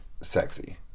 sexy